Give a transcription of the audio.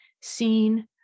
seen